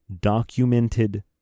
documented